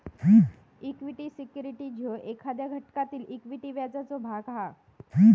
equity securities ह्यो एखाद्या घटकातील इक्विटी व्याजाचो भाग हा